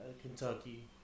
Kentucky